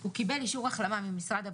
הוא קיבל אישור החלמה ממשרד הבריאות,